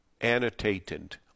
annotated